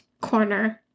corner